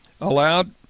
allowed